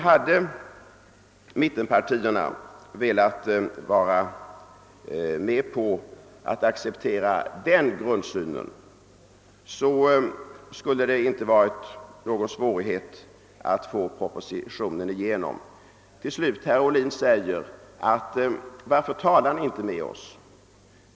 Hade mittenpartierna velat acceptera den grundsynen, så skulle det inte varit någon svårighet att få igenom propositionen. Till slut undrar herr Ohlin: Varför talade ni inte med oss?